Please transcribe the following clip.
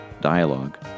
Dialogue